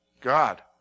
God